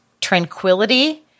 tranquility